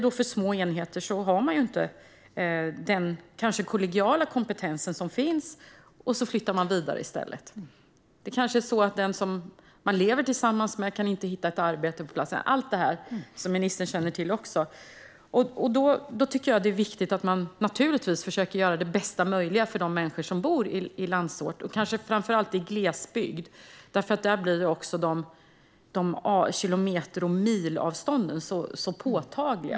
På små enheter har man kanske inte denna kollegiala kompetens, och då flyttar man vidare. Kanske är det också så att den man lever med inte hittar arbete. Allt detta känner ministern till. Då är det viktigt att man försöker göra det bästa möjliga för de människor som bor i landsorten och kanske framför allt i glesbygden där avstånden är så påtagliga.